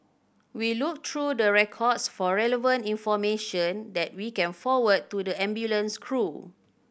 we look through the records for relevant information that we can forward to the ambulance crew